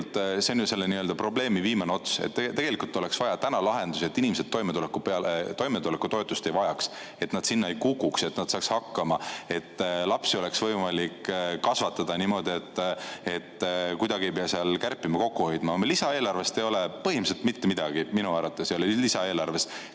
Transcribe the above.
see on ju selle probleemi viimane ots. Tegelikult oleks vaja täna lahendusi, et inimesed toimetulekutoetust ei vajaks, et nad sinna ei kukuks, et nad saaksid hakkama, et lapsi oleks võimalik kasvatada niimoodi, et kuidagi ei pea kärpima, kokku hoidma. Lisaeelarves ei ole põhimõtteliselt mitte midagi, minu arvates ei ole lisaeelarves